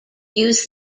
use